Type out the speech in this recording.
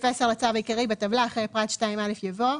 לצו העיקרי, בטבלה, אחרי פרט (2א) יבוא: